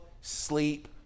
sleep